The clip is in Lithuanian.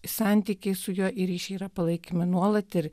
santykiai su juo ryšį yra palaikomi nuolat ir